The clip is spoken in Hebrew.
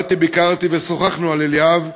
באתי, ביקרתי, ושוחחנו על אליאב,